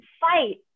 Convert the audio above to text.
fight